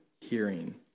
hearing